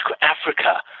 Africa